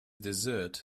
dessert